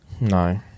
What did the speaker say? No